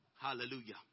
Hallelujah